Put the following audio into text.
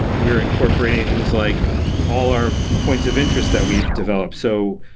we are incorporating things like all our points of interest that we've developed. so,